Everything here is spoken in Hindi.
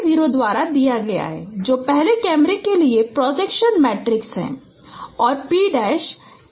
0 द्वारा दिया गया है जो पहले कैमरे के लिए प्रोजेक्शन मैट्रिक्स है और P इस A